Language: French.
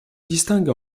distingue